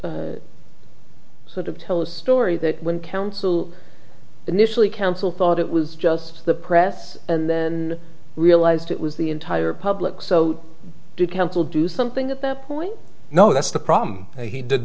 sort of tell a story that when counsel initially counsel thought it was just the press and then realized it was the entire public so did counsel do something at that point no that's the problem and he did